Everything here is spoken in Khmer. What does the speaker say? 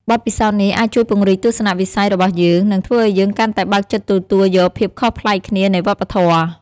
បទពិសោធន៍នេះអាចជួយពង្រីកទស្សនៈវិស័យរបស់យើង និងធ្វើឲ្យយើងកាន់តែបើកចិត្តទទួលយកភាពខុសប្លែកគ្នានៃវប្បធម៌។